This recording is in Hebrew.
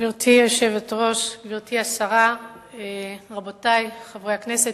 גברתי היושבת-ראש, גברתי השרה, רבותי חברי הכנסת,